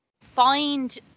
find